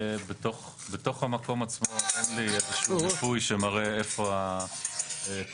בתוך המקום עצמו אין לי איזשהו מיפוי שמראה איפה התנורים